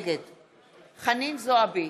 נגד חנין זועבי,